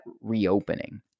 reopening